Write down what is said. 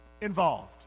involved